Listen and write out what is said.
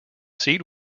seat